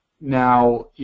Now